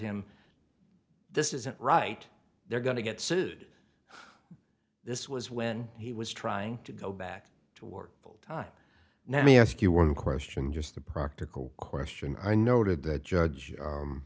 him this isn't right they're going to get sued this was when he was trying to go back to work full time now me ask you one question just the practical question i noted that judge